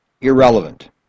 irrelevant